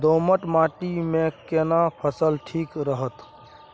दोमट माटी मे केना फसल ठीक रहत?